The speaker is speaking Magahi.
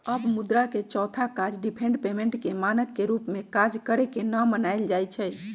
अब मुद्रा के चौथा काज डिफर्ड पेमेंट के मानक के रूप में काज करेके न मानल जाइ छइ